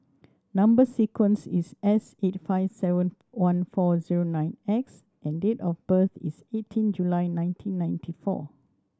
number sequence is S eight five seven one four zero nine X and date of birth is eighteen July nineteen ninety four